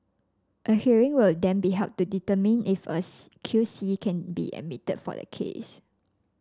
a hearing will then be held to determine if a C Q C can be admitted for the case